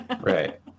Right